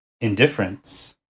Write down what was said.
indifference